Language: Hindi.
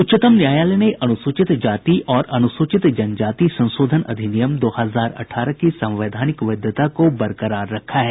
उच्चतम न्यायालय ने अनुसूचित जाति और अनुसूचित जनजाति संशोधन अधिनियम दो हजार अठारह की संवैधानिक वैधता को बरकरार रखा है